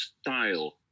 style